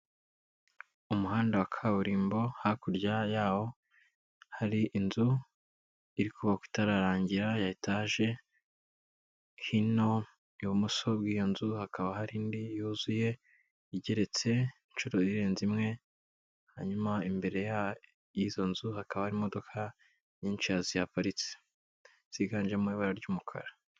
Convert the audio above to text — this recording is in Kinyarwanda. Umuhanda wa kaburimbo, hakurya yawo hari inzu iri kubakwa itararangira ya etaje, hino ibumoso bw'iyo nzu hakaba hari indi yuzuye igeretse inshuro irenze imwe, hanyuma imbere y'izo nzu hakaba imodoka nyinshi zihaparitse, ziganjemo ibara ry'umukara.